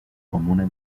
comune